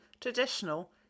traditional